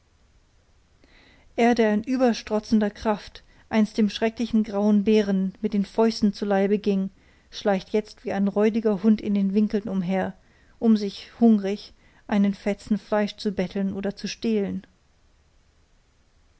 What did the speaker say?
er der in überstrotzender kraft einst dem schrecklichen grauen bären mit den fäusten zu leibe ging schleicht jetzt wie ein räudiger hund in den winkeln umher um sich hungrig einen fetzen fleisch zu betteln oder zu stehlen